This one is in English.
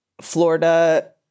Florida